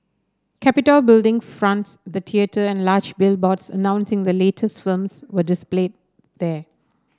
Capitol Building fronts the theatre and large billboards announcing the latest films were displayed there